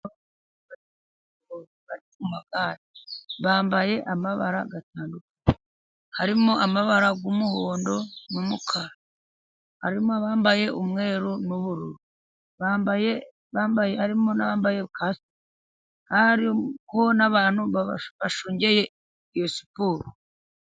Abanyamagare bambaye amabara atandukanye harimo amabara y'umuhondo n'umukara, harimo abambaye umweru n'ubururu, harimo n'abambaye kasike hari n'abantu bashungereye iyo siporo.